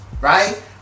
right